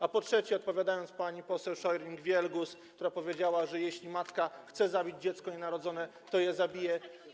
A po trzecie, odpowiadając pani poseł Scheuring-Wielgus, która powiedziała, że jeśli matka chce zabić dziecko nienarodzone, to je zabije.